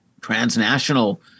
transnational